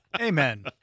Amen